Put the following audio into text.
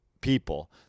people